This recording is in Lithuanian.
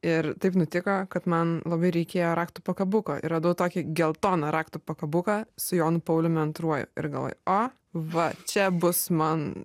ir taip nutiko kad man labai reikėjo raktų pakabuko ir radau tokį geltoną raktų pakabuką su jonu pauliumi antruoju ir galvoju o va čia bus man